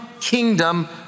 kingdom